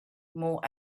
more